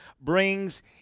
brings